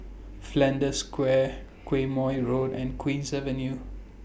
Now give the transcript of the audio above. Flanders Square Quemoy Road and Queen's Avenue